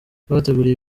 twabateguriye